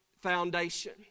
foundation